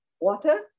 water